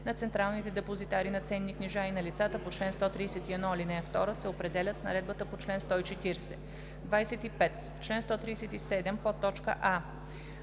на централните депозитари на ценни книжа и на лицата по чл. 131, ал. 2 се определят с наредбата по чл. 140.“ 25. В чл. 137: а) в ал.